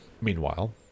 meanwhile